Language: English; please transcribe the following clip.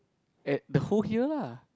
at the whole hill lah